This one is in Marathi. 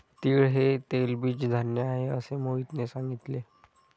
तीळ हे तेलबीज धान्य आहे, असे मोहितने सांगितले